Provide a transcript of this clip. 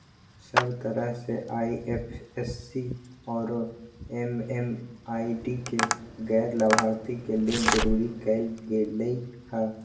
सब तरह से आई.एफ.एस.सी आउरो एम.एम.आई.डी के गैर लाभार्थी के लेल जरूरी कएल गेलई ह